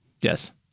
Yes